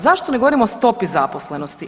Zašto ne govorimo o stopi zaposlenosti?